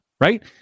right